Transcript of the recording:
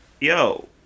yo